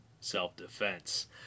Self-Defense